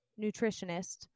nutritionist